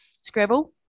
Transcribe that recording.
Scrabble